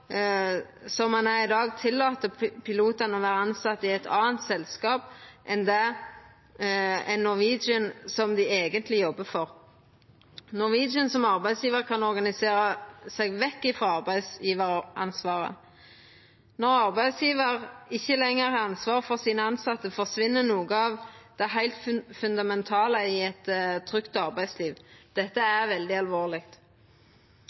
som han er i dag, tillèt pilotane å vera tilsette i eit anna selskap enn Norwegian, som dei eigentleg jobbar for. Norwegian som arbeidsgjevar kan organisera seg vekk frå arbeidsgjevaransvaret. Når arbeidsgjevar ikkje lenger har ansvaret for sine tilsette, forsvinn noko av det heilt fundamentale i eit trygt arbeidsliv. Dette